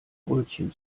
brötchen